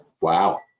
Wow